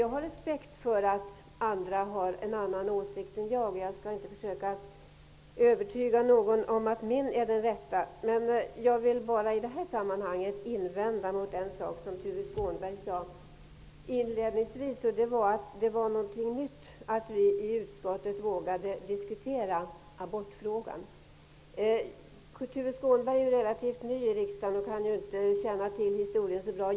Jag har respekt för att andra har en annan åsikt än jag, och jag skall heller inte försöka övertyga någon om att min är den rätta. Jag vill i det här sammanhanget bara invända mot en sak som Tuve Skånberg sade inledningsvis, nämligen att det var någonting nytt att vi i utskottet vågade diskutera abortfrågan. Tuve Skånberg är relativt ny i riksdagen och kan inte känna till historien så bra.